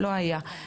לא היה.